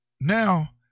Now